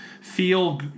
feel